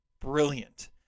brilliant